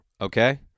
okay